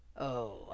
Oh